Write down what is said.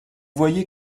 voyez